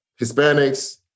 Hispanics